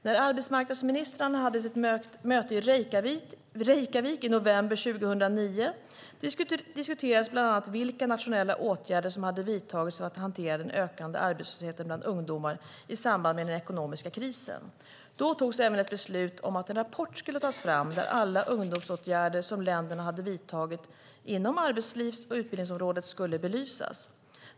När arbetsmarknadsministrarna hade sitt möte i Reykjavik i november 2009 diskuterades bland annat vilka nationella åtgärder som hade vidtagits för att hantera den ökande arbetslösheten bland ungdomar i samband med den ekonomiska krisen. Då togs även ett beslut om att en rapport skulle tas fram där alla ungdomsåtgärder som länderna hade vidtagit inom arbetslivs och utbildningsområdena skulle belysas.